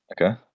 Okay